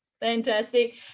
fantastic